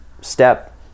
step